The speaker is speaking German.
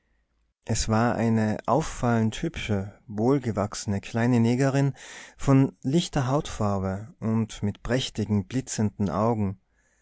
es war eine auffallend hübsche wohlgewachsene kleine negerin von lichter hautfarbe und mit prächtigen blitzenden augen